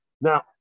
Now